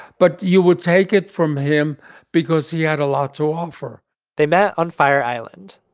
but you would take it from him because he had a lot to offer they met on fire island.